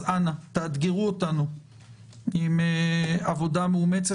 אז אנא תאתגרו אותנו עם עבודה מאומצת.